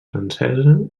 francesa